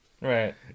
right